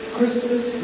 Christmas